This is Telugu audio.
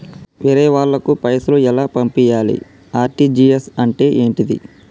వేరే వాళ్ళకు పైసలు ఎలా పంపియ్యాలి? ఆర్.టి.జి.ఎస్ అంటే ఏంటిది?